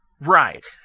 right